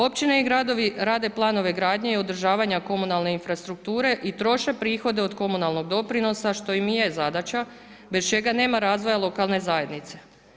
Općine i gradove, rade planove gradnje i održavanja komunalne infrastrukture i troše prihode od komunalnog doprinosa što im je i zadaća, bez čega nema razvoja lokalne zajednice.